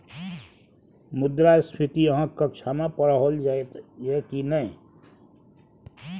मुद्रास्फीति अहाँक कक्षामे पढ़ाओल जाइत यै की नै?